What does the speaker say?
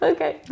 Okay